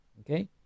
Okay